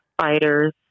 Fighters